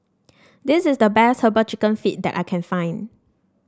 this is the best herbal chicken feet that I can find